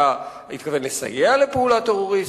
התכוון לסייע לפעולה טרוריסטית.